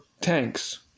tanks